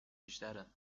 بیشتره